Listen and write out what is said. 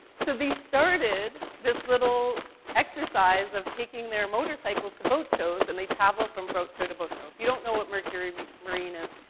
so they started this little exercise of taking their motorcycles to boat shows, and they travel from boat show to boat show. if you don't know what mercury me marine is,